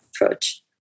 approach